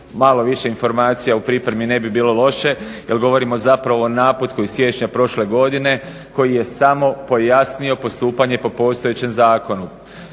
Malo više informacija u pripremi ne bi bilo loše, jer govorimo zapravo o naputku iz siječnja prošle godine koji je samo pojasnio postupanje po postojećem zakonu.